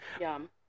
Yum